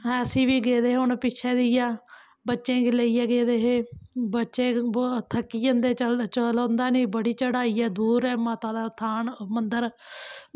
अस बी गेदे हे हून पिच्चें जै बच्चें गी लेइयै गेदे हे बच्चे थकेकी जंदे चलोंदा नी चढ़ाइयां दूर ऐ माता दा स्थान